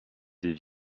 des